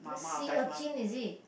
sea urchin is it